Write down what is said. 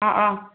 ꯑꯥ ꯑꯥ